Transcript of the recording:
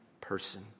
person